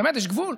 באמת, יש גבול,